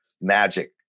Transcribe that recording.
magic